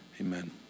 amen